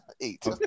Eight